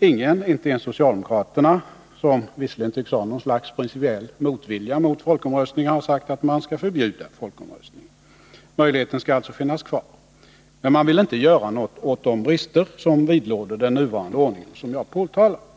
Ingen, inte ens socialdemokraterna, som visserligen tycks ha någon slags principiell motvilja mot folkomröstningar, har sagt att man skall förbjuda folkomröstningar. Möjligheten skall alltså finnas kvar. Men man vill inte göra något åt de brister som vidlåder den nuvarande ordningen och som jag har påtalat.